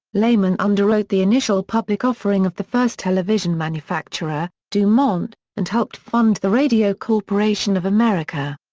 lehman underwrote the initial public offering of the first television manufacturer, dumont, and helped fund the radio corporation of america.